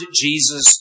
Jesus